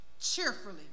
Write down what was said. cheerfully